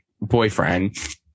boyfriend